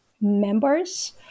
members